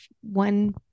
one